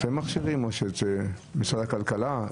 אתם או שמשרד הכלכלה?